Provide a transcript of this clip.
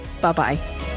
bye-bye